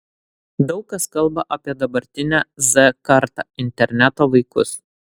daug kas kalba apie dabartinę z kartą interneto vaikus